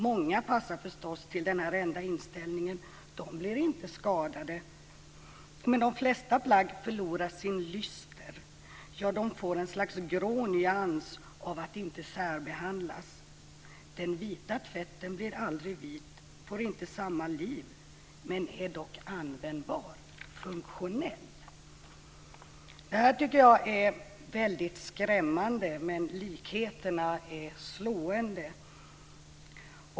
Många passar förstås till den enda inställningen. De blir inte skadade. Men de flesta plagg förlorar sin lyster. De får ett slags grå nyans av att inte särbehandlas. Den vita tvätten blir aldrig vit och får inte samma liv, men är dock användbar, funktionell. Det här tycker jag är skrämmande, men likheterna är slående.